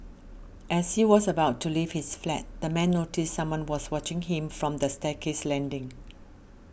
as he was about to leave his flat the man noticed someone was watching him from the staircase landing